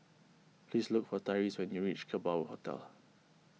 please look for Tyreese when you reach Kerbau Hotel